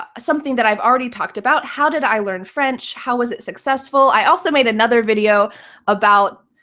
ah something that i've already talked about, how did i learn french, how was it successful. i also made another video about